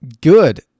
good